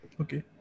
Okay